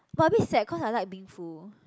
but a bit sad cause I like being full